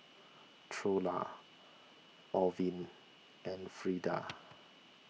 Trula Orvin and Frida